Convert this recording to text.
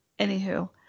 Anywho